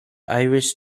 iris